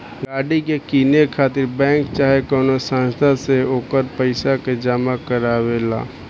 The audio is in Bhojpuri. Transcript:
गाड़ी के किने खातिर बैंक चाहे कवनो संस्था से ओकर पइसा के जामा करवावे ला